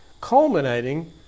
culminating